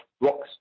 rocks